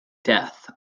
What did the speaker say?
death